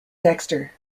dexter